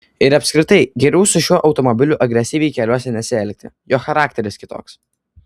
ir apskritai geriau su šiuo automobiliu agresyviai keliuose nesielgti jo charakteris kitoks